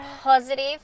positive